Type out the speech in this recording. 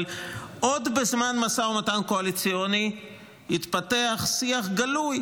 אבל עוד בזמן המשא ומתן הקואליציוני התפתח שיח גלוי